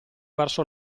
verso